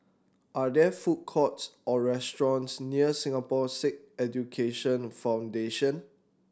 are there food courts or restaurants near Singapore Sikh Education Foundation